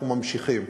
אנחנו ממשיכים.